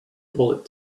bullet